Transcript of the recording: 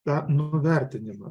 tą nuvertinimą